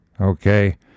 okay